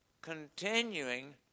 continuing